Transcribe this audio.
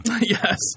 Yes